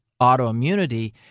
autoimmunity